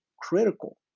critical